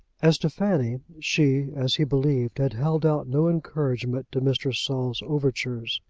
as to fanny, she, as he believed, had held out no encouragement to mr. saul's overtures.